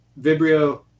Vibrio